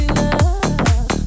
love